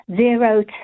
zero